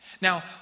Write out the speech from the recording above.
Now